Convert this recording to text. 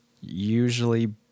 usually